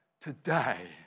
Today